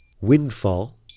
windfall